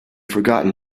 forgotten